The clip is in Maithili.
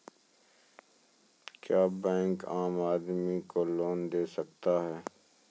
क्या बैंक आम आदमी को लोन दे सकता हैं?